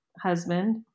husband